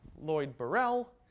lloyd burrell,